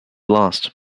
lost